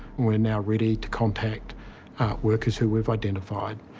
we're now ready to contact workers who we've identified,